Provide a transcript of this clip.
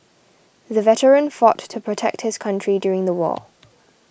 the veteran fought to protect his country during the war